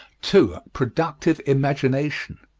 two. productive imagination